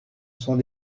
sont